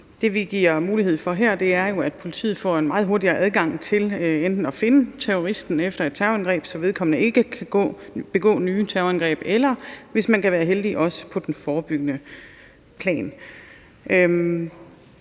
Det, vi giver mulighed for her, er jo, at politiet får en meget hurtigere adgang til enten at finde terroristen efter et terrorangreb, så vedkommende ikke kan begå nye terrorangreb, eller – hvis man er heldig – også at forebygge.